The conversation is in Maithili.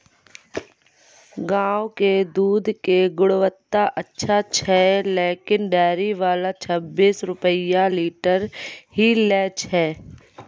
गांव के दूध के गुणवत्ता अच्छा छै लेकिन डेयरी वाला छब्बीस रुपिया लीटर ही लेय छै?